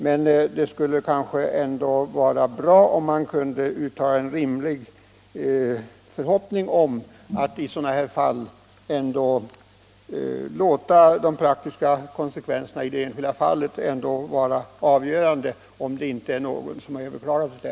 Men det skulle vara bra om man kunde ha en rimlig förhoppning om att de praktiska konsekvenserna i det enskilda fallet skall få vara avgörande, om ärendet inte har överklagats.